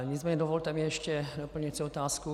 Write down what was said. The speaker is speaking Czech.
Nicméně dovolte mi ještě doplňující otázku.